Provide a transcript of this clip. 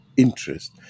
Interest